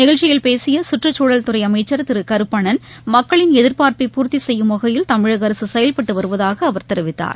நிகழ்ச்சியில் பேசிய சுற்றுச்சூழல் துறை அமைச்சர் திரு கருப்பணன் மக்களின் எதிர்பார்ப்பை பூர்த்தி செய்யும் வகையில் தமிழக அரசு செயல்பட்டு வருவதாக அவர் தெரிவித்தார்